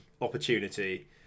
opportunity